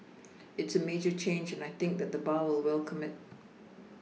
it's a major change and I think that the bar will welcome it